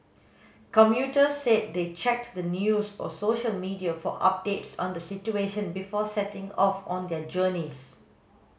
commuters said they checked the news or social media for updates on the situation before setting off on their journeys